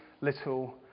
little